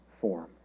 form